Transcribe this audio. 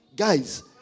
guys